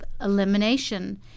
elimination